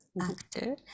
actor